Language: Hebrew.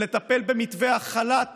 לטפל במתווה החל"ת